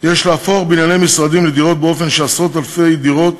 יש להפוך בנייני משרדים לבנייני דירות באופן שעשרות אלפי דירות